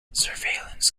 surveillance